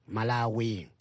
Malawi